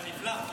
הנפלא.